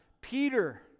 Peter